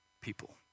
people